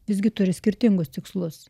visgi turi skirtingus tikslus